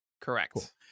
correct